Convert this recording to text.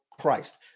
Christ